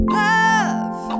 love